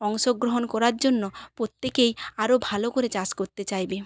অংশগ্রহণ করার জন্য প্রত্যেকেই আরও ভালো করে চাষ করতে চাইবে